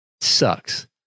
Sucks